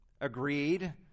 agreed